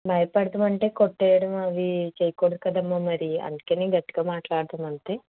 భయపడ్డమంటే కొట్టేయడం అది చెయ్యకూడదు కదమ్మా మరి అందుకని గట్టిగా మాట్లాడుతాను అంతే